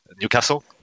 Newcastle